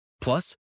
Plus